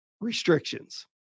restrictions